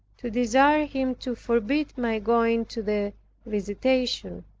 to desire him to forbid my going to the visitation.